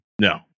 No